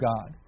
God